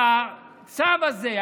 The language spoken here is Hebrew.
הצו הזה,